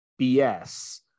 BS